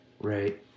Right